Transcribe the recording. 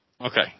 Okay